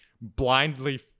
blindly